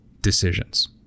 decisions